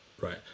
right